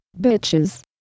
bitches